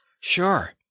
Sure